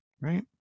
Right